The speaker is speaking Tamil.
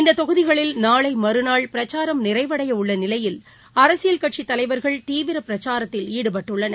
இந்த தொகுதிகளில் நாளை மறுநாள் பிரச்சாரம் நிறைவடைய உள்ள நிலையில் அரசியல்கட்சி தலைவர்கள் தீவிர பிரச்சாரத்தில் ஈடுபட்டுள்ளனர்